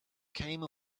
came